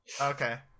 Okay